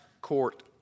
court